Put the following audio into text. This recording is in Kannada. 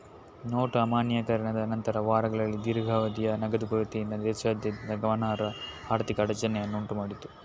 ನೋಟು ಅಮಾನ್ಯೀಕರಣದ ನಂತರದ ವಾರಗಳಲ್ಲಿ ದೀರ್ಘಾವಧಿಯ ನಗದು ಕೊರತೆಯಿಂದ ದೇಶದಾದ್ಯಂತ ಗಮನಾರ್ಹ ಆರ್ಥಿಕ ಅಡಚಣೆಯನ್ನು ಉಂಟು ಮಾಡಿತು